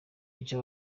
icyo